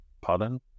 pardon